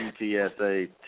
UTSA